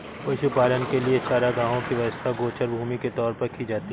पशुपालन के लिए चारागाहों की व्यवस्था गोचर भूमि के तौर पर की जाती है